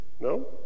No